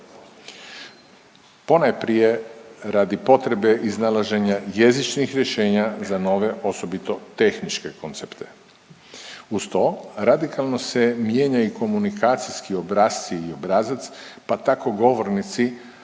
Ponajprije radi potrebe iznalaženja jezičnih rješenja za nove osobito tehničke koncepte. Uz to radikalno se mijenja i komunikacijski obrasci i obrazac pa tako govornici